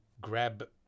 grab